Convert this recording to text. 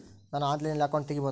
ನಾನು ಆನ್ಲೈನಲ್ಲಿ ಅಕೌಂಟ್ ತೆಗಿಬಹುದಾ?